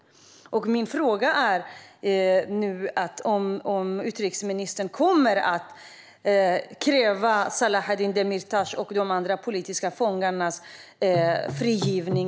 Kommer eller kommer inte utrikesministern att kräva Selahattin Demirtas och de andra politiska fångarnas frigivning?